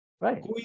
Right